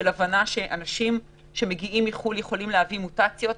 שנובע מהבנה שאנשים שמגיעים מחו"ל יכולים להביא מוטציות.